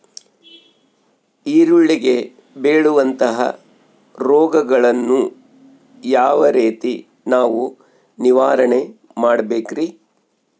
ಈರುಳ್ಳಿಗೆ ಬೇಳುವಂತಹ ರೋಗಗಳನ್ನು ಯಾವ ರೇತಿ ನಾವು ನಿವಾರಣೆ ಮಾಡಬೇಕ್ರಿ?